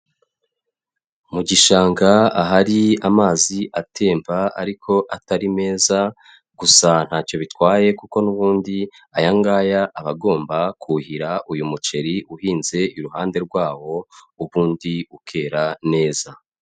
Mu gishanga ahari amazi atemba ariko atari meza, gusa ntacyo bitwaye kuko n'ubundi aya ngaya aba agomba kuhira uyu muceri uhinze iruhande rwawo, ubundi ukera neza.